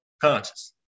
conscious